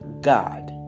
god